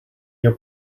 your